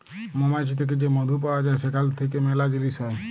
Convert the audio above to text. মমাছি থ্যাকে যে মধু পাউয়া যায় সেখাল থ্যাইকে ম্যালা জিলিস হ্যয়